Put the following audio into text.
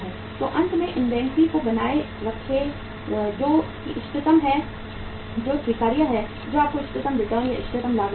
तो अंत में इन्वेंट्री को बनाए रखें जो कि इष्टतम है जो स्वीकार्य है जो आपको इष्टतम रिटर्न इष्टतम लागत दे रही है